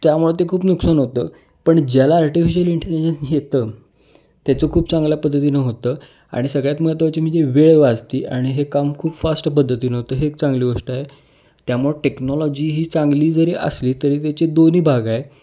त्यामुळं ते खूप नुकसान होतं पण ज्याला आर्टिफिशल इंटेलिजन्स येतं त्याचं खूप चांगल्या पद्धतीनं होतं आणि सगळ्यात महत्त्वाचे म्हणजे वेळ वाचते आणि हे काम खूप फास्ट पद्धतीनं होतं हे एक चांगली गोष्ट आहे त्यामुळ टेक्नॉलॉजी ही चांगली जरी असली तरी त्याची दोन्ही भाग आहे